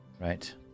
Right